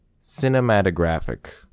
Cinematographic